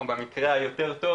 או במקרה היותר טוב